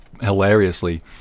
hilariously